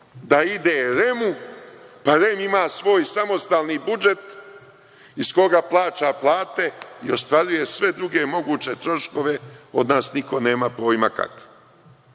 da ide REM-u, pa REM ima svoj samostalni budžet iz koga plaća plata i ostvaruje sve druge moguće troškove, od nas niko nema pojma kakve.